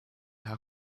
how